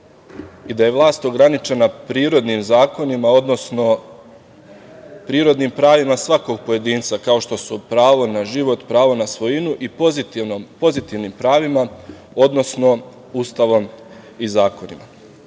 i da je vlast ograničena prirodnim zakonima, odnosno prirodnim pravima svakog pojedinca, kao što su pravo na život, pravo na svojinu i pozitivnim pravima, odnosno Ustavom i zakonima. Drugo